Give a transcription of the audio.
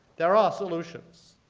there are solutions,